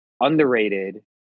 underrated